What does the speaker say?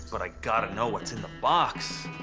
but i got to know what's in the box.